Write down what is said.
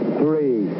three